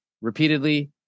repeatedly